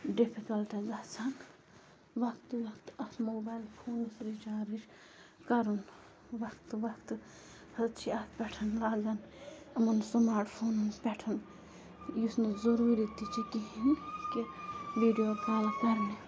difficult گَژھان وقتہٕ وقتہٕ اَتھ موبایِل فونَس رِچارٕج کَرُن وقتہٕ وقتہٕ حظ چھِ اَتھ پٮ۪ٹھ لاگان یِمَن سُماٹ فونَن پٮ۪ٹھ یُس نہٕ ضٔروٗری تہِ چھِ کِہیٖنۍ کہِ ویٖڈیو کال کَرنہِ